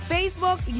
Facebook